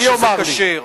מי יאמר לי?